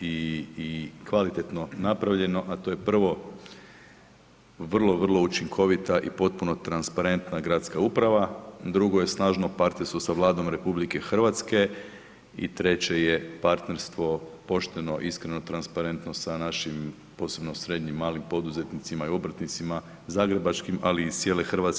i kvalitetno napravljeno, a to je prvo, vrlo, vrlo učinkovita i potpuno transparentna gradska uprava, drugo je snažno partnerstvo sa Vladom RH i treće je partnerstvo pošteno, iskreno, transparentno sa našim posebno srednjim i malim poduzetnicima i obrtnicima zagrebačkim, ali i iz cijele Hrvatske.